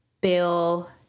Bill